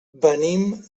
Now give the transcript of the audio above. venim